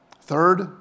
Third